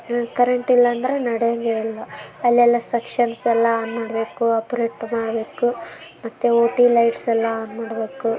current ಇಲ್ಲ ಅಂದರೆ ನಡೆಯಂಗೆ ಇಲ್ಲ ಅಲ್ಲೆಲ್ಲ ಸಕ್ಷೆನ್ಸ್ ಎಲ್ಲ ಆನ್ ಮಾಡಬೇಕು ಆಪ್ರೇಟ್ ಮಾಡಬೇಕು ಮತ್ತು ಓ ಟಿ ಲೈಟ್ಸ್ ಎಲ್ಲ ಆನ್ ಮಾಡಬೇಕು